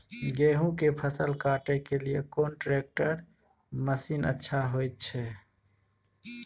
गेहूं के फसल काटे के लिए कोन ट्रैक्टर मसीन अच्छा होय छै?